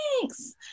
Thanks